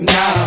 Now